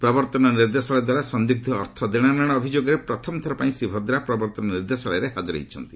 ପ୍ରବର୍ତ୍ତନ ନିର୍ଦ୍ଦେଶାଳୟ ଦ୍ୱାରା ସନ୍ଦୀଗ୍ନ ଅର୍ଥ ଦେଣନେଶ ଅଭିଯୋଗରେ ପ୍ରଥମ ଥର ପାଇଁ ଶ୍ରୀ ଭଦ୍ରା ପ୍ରବର୍ତ୍ତନ ନିର୍ଦ୍ଦେଶାଳୟରେ ହାକର ହୋଇଛନ୍ତି